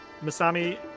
Masami